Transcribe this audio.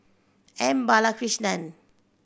M Balakrishnan